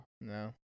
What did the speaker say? No